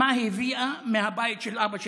מה הביאה מהבית של אבא שלה?